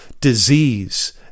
disease